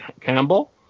Campbell